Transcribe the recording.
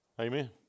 Amen